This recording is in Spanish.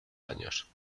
años